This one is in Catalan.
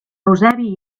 eusebi